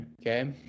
Okay